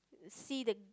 see the